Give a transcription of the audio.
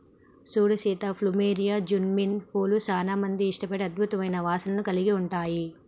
సూడు Sita plumeria, jasmine పూలు సానా మంది ఇష్టపడే అద్భుతమైన వాసనను కలిగి ఉంటాయి